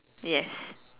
yes